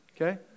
Okay